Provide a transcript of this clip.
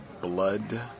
blood